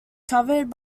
covered